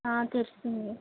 చెప్పింది